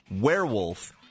werewolf